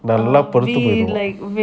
நல்ல பெருத்து போயிடுவோம்:nalla peruthu poiduvom